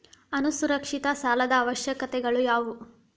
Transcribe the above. ಅಸುರಕ್ಷಿತ ಸಾಲದ ಅವಶ್ಯಕತೆಗಳ ಯಾವು